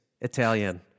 Italian